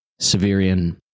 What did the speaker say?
Severian